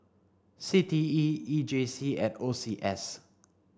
C T E E J C and O C S